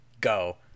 go